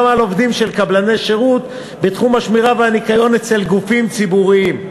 על עובדים של קבלני שירות בתחום השמירה והניקיון אצל גופים ציבוריים,